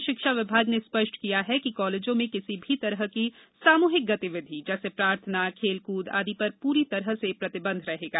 उच्च शिक्षा विभाग ने स्पष्ट किया है कि कॉलेजों में किसी भी तरह की सामूहिक गतिविधि जैसे प्रार्थना खेलकूद आदि पर पूरी तरह प्रतिबंध रहेगा